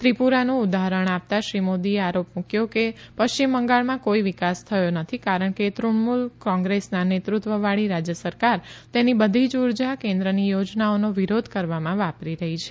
ત્રિપુરાનું ઉદાહરણ આપતાં શ્રી મોદીએ આરોપ મુક્યો કે પશ્ચિમ બંગાળમાં કોઇ વિકાસ થયો નથી કારણ કે તૃણમૂલ કોંગ્રેસના નેતૃત્વવાળી રાજ્ય સરકાર તેની બધી જ ઉર્જા કેન્દ્રની યોજનાઓનો વિરોધ કરવામાં વાપરી રહી છે